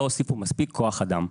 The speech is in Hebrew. לא הוסיפו מספיק כוח אדם.